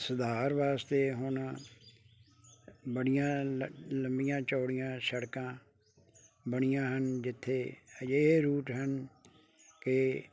ਸੁਧਾਰ ਵਾਸਤੇ ਹੁਣ ਬੜੀਆਂ ਲ ਲੰਮੀਆਂ ਚੌੜੀਆਂ ਸੜਕਾਂ ਬਣੀਆਂ ਹਨ ਜਿੱਥੇ ਅਜਿਹੇ ਰੂਟ ਹਨ ਕਿ